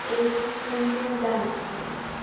এইটো কোনটো গান